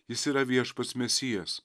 jis yra viešpats mesijas